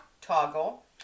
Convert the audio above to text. Toggle